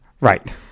Right